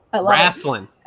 Wrestling